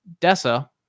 Dessa